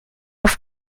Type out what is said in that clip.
auf